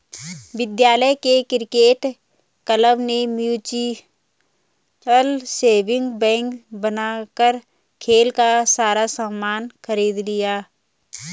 विद्यालय के cricket club ने म्यूचल सेविंग बैंक बनाकर खेल का सारा सामान खरीद लिया